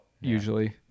usually